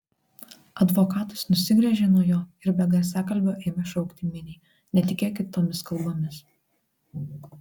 advokatas nusigręžė nuo jo ir be garsiakalbio ėmė šaukti miniai netikėkit tomis kalbomis